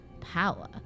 power